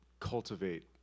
cultivate